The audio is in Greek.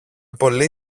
πολλή